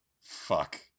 Fuck